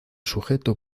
sujeto